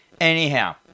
Anyhow